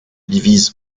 divise